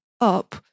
up